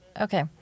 Okay